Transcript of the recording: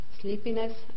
sleepiness